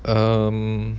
um